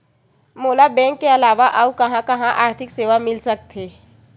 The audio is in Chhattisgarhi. मोला बैंक के अलावा आऊ कहां कहा आर्थिक सेवा मिल सकथे?